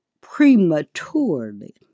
prematurely